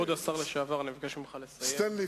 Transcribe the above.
שעד שיצטרכו